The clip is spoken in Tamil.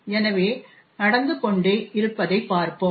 எனவே நடந்து கொண்டு இருப்பதைப் பார்ப்போம்